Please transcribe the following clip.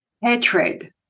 hatred